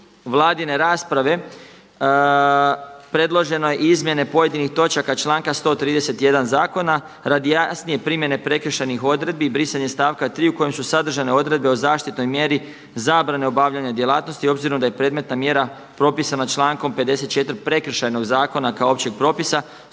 Vladine rasprave predloženo izmjene pojedinih točaka članka 131. Zakona radi jasnije primjene prekršajnih odredbi i brisanje stavka 3. u kojem su sadržane odredbe o zaštitnoj mjeri zabrane obavljanja djelatnosti obzirom da je predmetna mjera propisana člankom 54. Prekršajnog zakona kao općeg propisa.